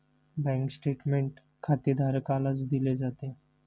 bank statement खातेधारकालाच दिले जाते